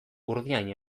urdiain